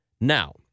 Now